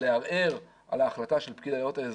לערער על ההחלטה של פקיד היערות האזורי.